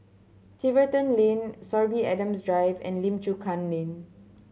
Tiverton Lane Sorby Adams Drive and Lim Chu Kang Lane